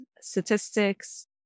statistics